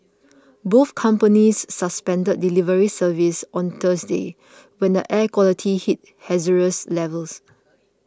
both companies suspended delivery service on Thursday when the air quality hit Hazardous levels